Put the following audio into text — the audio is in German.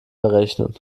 berechnen